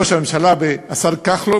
ראש הממשלה והשר כחלון,